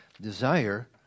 desire